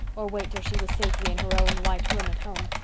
or wait till she was safely in her own white room at home.